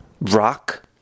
rock